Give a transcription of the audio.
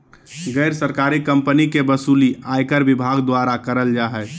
गैर सरकारी कम्पनी के वसूली आयकर विभाग द्वारा करल जा हय